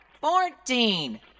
fourteen